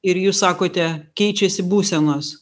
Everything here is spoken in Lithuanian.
ir jūs sakote keičiasi būsenos